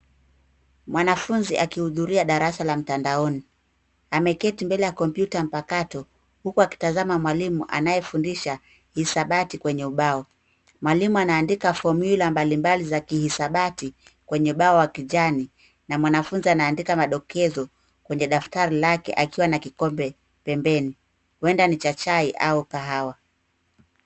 Mwanafunzi akihudhuria darasa la mtandaoni ameketi mbele ya kompyuta mpakato huku akitazama mwalimu anayefundisha hisabati kwenye ubao. Mwalimu anaandika formula mbalimbali za kisabati kwenye bao la kijani na mwanafunzi anaandika madokezo kwenye daftari lake akiwa na kikombe pembeni. Huenda ni cha chai au kahawa.